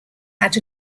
had